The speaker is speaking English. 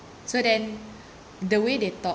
so then the way they talk